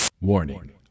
Warning